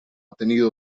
tenido